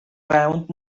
rownd